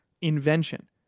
invention